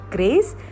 Grace